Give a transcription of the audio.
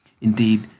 Indeed